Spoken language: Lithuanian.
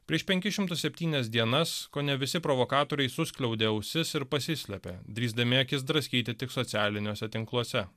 prieš penkis šimtus septynias dienas kone visi provokatoriai suskliaudė ausis ir pasislepė drįsdami akis draskyti tik socialiniuose tinkluose